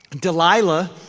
Delilah